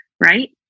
right